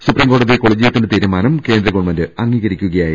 supreme കോടതി കൊളീജിയത്തിന്റെ തീരുമാനം കേന്ദ്രഗവൺമെന്റ് അംഗീകരിക്കുകയായിരുന്നു